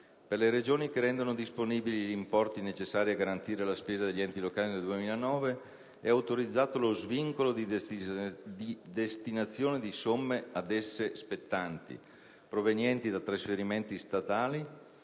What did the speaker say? per le Regioni che rendono disponibili gli importi necessari a garantire la spesa degli enti locali nel 2009, è autorizzato lo svincolo di destinazione di somme ad esse spettanti, provenienti da trasferimenti statali